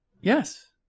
Yes